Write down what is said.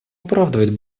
оправдывает